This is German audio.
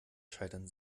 scheitern